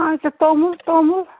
اَچھا توٚمُل توٚمُل